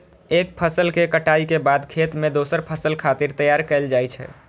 एक फसल के कटाइ के बाद खेत कें दोसर फसल खातिर तैयार कैल जाइ छै